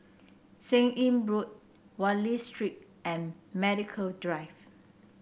Seah Im Road Wallich Street and Medical Drive